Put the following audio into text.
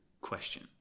question